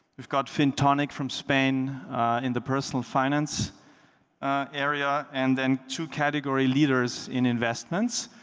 we've got fin tonic from spain in the personal finance area and then to category leaders in investments